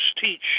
teach